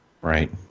right